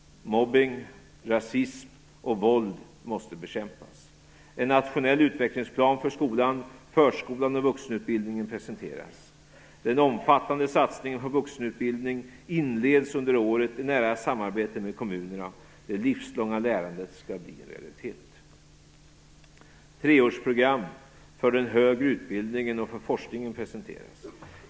Mobbning, rasism och våld måste bekämpas. En nationell utvecklingsplan för skolan, förskolan och vuxenutbildningen presenteras. Den omfattande satsningen på vuxenutbildning inleds under året i nära samarbete med kommunerna. Det livslånga lärandet skall bli en realitet. Treårsprogram för den högre utbildningen och för forskningen presenteras.